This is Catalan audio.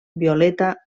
violeta